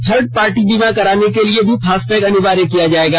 third party बीमा कराने के लिए भी फास्टैग अनिवार्य किया जाएगा